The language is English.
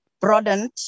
broadened